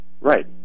Right